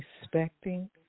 respecting